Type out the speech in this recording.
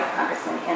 Congressman